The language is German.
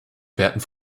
werden